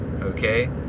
okay